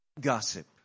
gossip